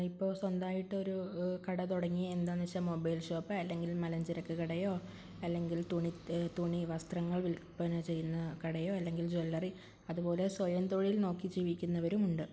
ഇപ്പോള് സ്വന്തമായിട്ടൊരു കട തുടങ്ങി എന്താണെന്നുവെച്ചാല് മൊബൈൽ ഷോപ്പ് അല്ലെങ്കിൽ മലഞ്ചരക്ക് കടയോ അല്ലെങ്കിൽ തുണി തുണി വസ്ത്രങ്ങൾ വില്പന ചെയ്യുന്ന കടയോ അല്ലെങ്കിൽ ജ്വല്ലറി അതുപോലെ സ്വയംതൊഴിൽ നോക്കി ജീവിക്കുന്നവരുമുണ്ട്